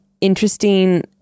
interesting